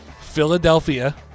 Philadelphia